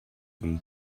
them